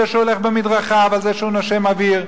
שהוא הולך במדרכה ועל זה שהוא נושם אוויר,